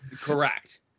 Correct